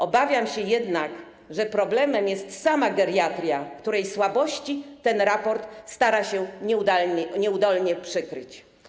Obawiam się jednak, że problemem jest sama geriatria, której słabości ten raport stara się nieudolnie przykryć.